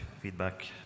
feedback